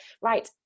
right